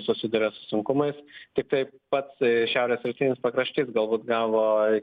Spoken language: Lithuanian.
susiduria su sunkumais tiktai pats šiaurės rytinis pakraštys galbūt gavo